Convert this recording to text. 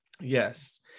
Yes